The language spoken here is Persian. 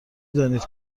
دانید